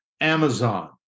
Amazon